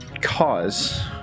cause